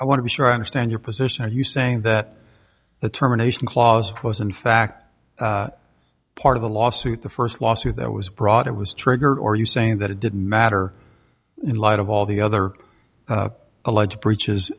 i want to be sure i understand your position are you saying that the terminations clause was in fact part of the lawsuit the first lawsuit that was brought it was triggered or are you saying that it did matter in light of all the other alleged breaches